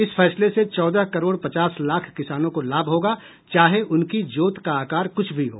इस फैसले से चौदह करोड़ पचास लाख किसानों को लाभ होगा चाहे उनकी जोत का आकार कृछ भी हो